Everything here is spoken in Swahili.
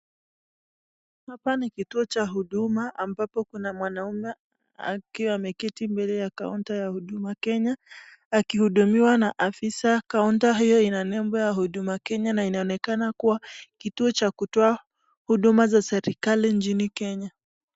Hapa ni kituo cha huduma ambapo kuna mwanaume akiwa ameketi mbele ya kaunta ya huduma Kenya, akihudumiwa na afisa. Kaunta hiyo ina nembo ya huduma Kenya na inaonekana kuwa kituo cha kutoa huduma za serikali nchini Kenya.